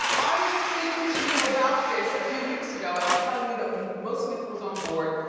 i was speaking to you about this a few weeks ago. i was telling you that will smith was on board,